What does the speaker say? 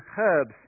herbs